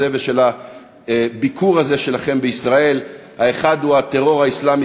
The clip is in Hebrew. ושל הביקור הזה שלכם בישראל: האחד הוא הטרור האסלאמי